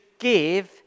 give